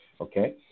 Okay